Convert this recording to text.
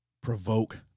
provoke